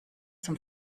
zum